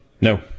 No